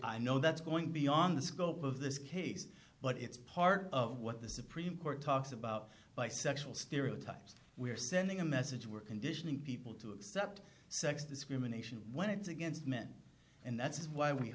i know that's going beyond the scope of this case the it's part of what the supreme court talks about bisexual stereotypes we are sending a message we're conditioning people to accept sex discrimination when it's against men and that's why we